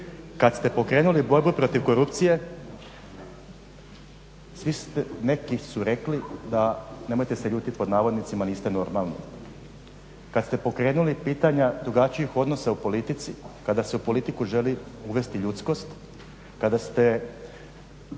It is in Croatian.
Kada ste pokrenuli borbu protiv korupcije svi ste, neki su rekli da, nemojte se ljutiti pod navodnicima "niste normalni". Kada ste pokrenuli pitanja drugačijih odnosa u politici, kada se u politiku želi uvesti ljudskost, kada ste